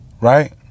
right